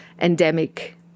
endemic